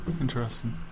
Interesting